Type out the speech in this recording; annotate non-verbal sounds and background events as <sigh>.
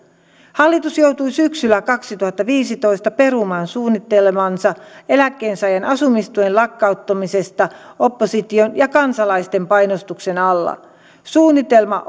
hallitus joutui syksyllä kaksituhattaviisitoista perumaan suunnitelmansa eläkkeensaajan asumistuen lakkauttamisesta opposition ja kansalaisten painostuksen alla suunnitelma <unintelligible>